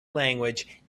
language